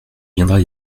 viendras